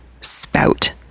spout